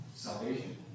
Salvation